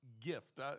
gift